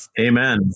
Amen